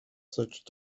such